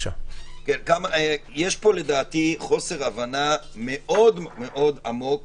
לדעתי, יש פה חוסר הבנה מאוד מאוד עמוק